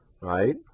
Right